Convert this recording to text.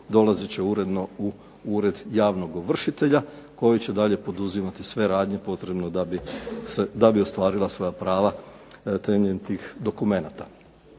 dolazit će uredno u Ured javnog ovršitelja, koji će dalje poduzimati sve radnje potrebne da bi ostvarila svoja prava temeljem tih dokumenata.